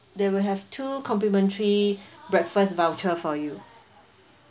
they will have two complementary breakfast voucher for you